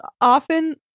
often